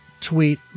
tweet